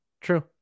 True